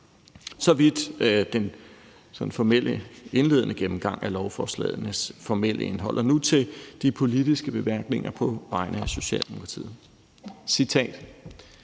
Så vidt den formelle indledende gennemgang af lovforslagenes formelle indhold. Nu til de politiske bemærkninger på vegne af Socialdemokratiet: